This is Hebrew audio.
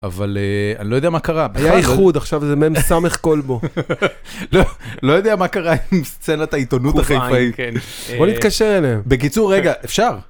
אבל אני לא יודע מה קרה, היה איחוד, עכשיו זה ממש סמך קולבו. לא יודע מה קרה עם סצנת העיתונות החיפאית. בוא נתקשר אליהם. בקיצור, רגע, אפשר?